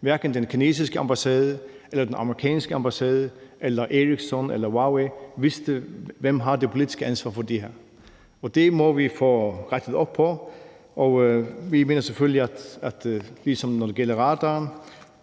Hverken den kinesiske ambassade eller den amerikanske ambassade eller Ericsson eller Huawei vidste, hvem der havde det politiske ansvar for det her. Det må vi få rettet op på, og vi mener selvfølgelig, ligesom når det gælder radaren,